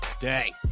day